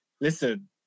listen